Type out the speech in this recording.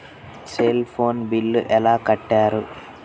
Cell phone bill ఎలా కట్టారు?